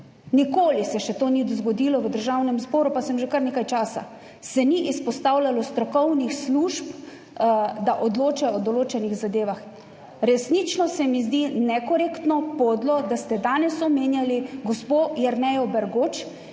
nikoli se še to ni zgodilo v Državnem zboru, pa sem že kar nekaj časa, se ni izpostavljalo strokovnih služb, da odločajo o določenih zadevah. Resnično se mi zdi nekorektno, podlo, da ste danes omenjali gospo Jernejo Bergoč,